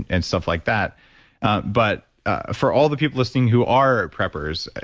and stuff like that but ah for all the people listening who are preppers,